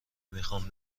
میخوام